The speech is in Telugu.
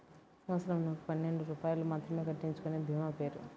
సంవత్సరంకు పన్నెండు రూపాయలు మాత్రమే కట్టించుకొనే భీమా పేరు?